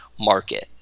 market